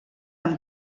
amb